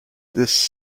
this